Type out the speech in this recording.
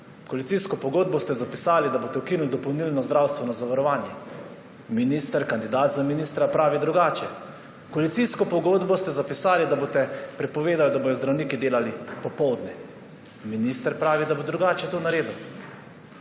koalicijsko pogodbo ste zapisali, da boste ukinili dopolnilno zdravstveno zavarovane, minister, kandidat za ministra pravi drugače. V koalicijsko pogodbo ste zapisali, da boste prepovedali, da bodo zdravniki delali popoldan, minister pravi, da bo drugače to naredil.